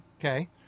Okay